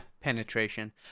Penetration